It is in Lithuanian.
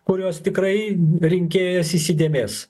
kuriuos tikrai rinkėjas įsidėmės